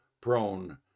prone